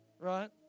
Right